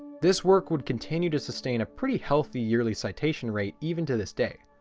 this work would continue to sustain a pretty healthy yearly citation rate even to this day.